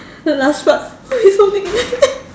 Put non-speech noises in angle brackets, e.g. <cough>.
the last part oh he's holding it <laughs>